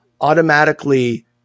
automatically